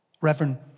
Reverend